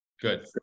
Good